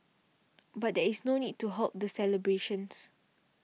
but there is no need to halt the celebrations